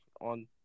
on –